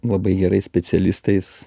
labai gerais specialistais